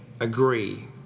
agree